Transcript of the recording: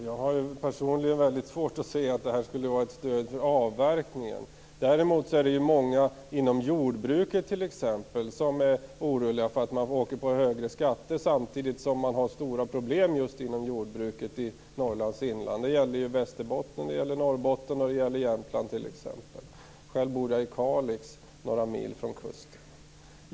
Fru talman! Jag har personligen väldigt svårt att se att det är ett stöd för avverkning. Däremot är det många inom jordbruket, t.ex., som är oroliga för att de skall åka på högre skatter samtidigt som det finns stora problem just inom jordbruket i Norrlands inland. Det gäller Västerbotten, Norrbotten och t.ex. Jämtland. Själv bor jag i Kalix, några mil från kusten.